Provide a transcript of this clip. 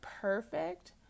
perfect